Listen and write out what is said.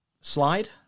slide